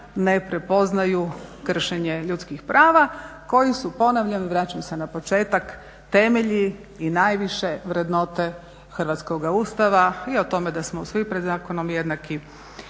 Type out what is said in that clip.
ne prepoznaju kršenje ljudskih prava koji su ponavljam i vraćam se na početak temelji i najviše vrednote hrvatskoga Ustava i o tome da smo svi pred zakonom jednaki